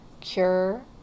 cure